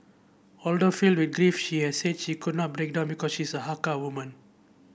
although filled with grief she has said she could not break down because she is a Hakka woman